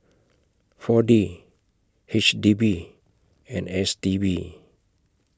four D H D B and S T B